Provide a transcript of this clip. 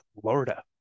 Florida